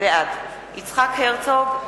בעד יצחק הרצוג,